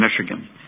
Michigan